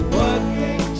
working